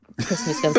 Christmas